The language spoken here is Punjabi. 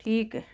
ਠੀਕ ਹੈ